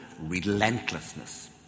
Relentlessness